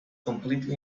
completely